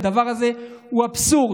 הדבר הזה הוא אבסורד.